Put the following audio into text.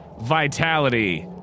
vitality